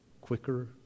quicker